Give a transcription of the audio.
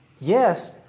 Yes